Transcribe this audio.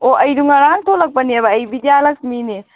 ꯑꯣ ꯑꯩꯗꯣ ꯉꯔꯥꯡ ꯊꯣꯂꯛꯄꯅꯦꯕ ꯑꯩ ꯕꯤꯗ꯭ꯌꯥꯂꯛꯁꯃꯤꯅꯦ